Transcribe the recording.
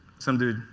some dude.